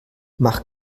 mach